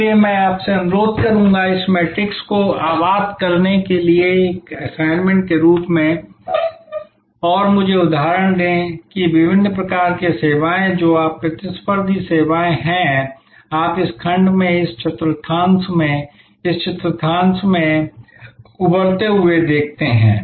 इसलिए मैं आपसे अनुरोध करूंगा कि इस मैट्रिक्स को आबाद करने के लिए एक असाइनमेंट के रूप में और मुझे उदाहरण दें कि विभिन्न प्रकार की सेवाएं जो आप प्रतिस्पर्धी सेवाएं हैं आप इस खंड में इस चतुर्थांश में इस चतुर्थांश में और इस चतुर्थांश में उभरते हुए देखते हैं